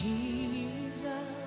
Jesus